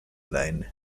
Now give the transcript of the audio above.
line